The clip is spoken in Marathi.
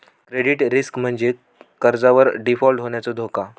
क्रेडिट रिस्क म्हणजे कर्जावर डिफॉल्ट होण्याचो धोका